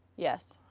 yes.